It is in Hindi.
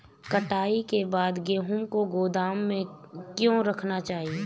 कटाई के बाद गेहूँ को गोदाम में क्यो रखना चाहिए?